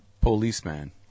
policeman